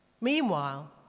Meanwhile